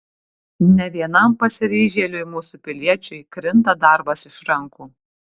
ne vienam pasiryžėliui mūsų piliečiui krinta darbas iš rankų